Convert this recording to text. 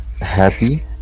Happy